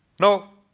no.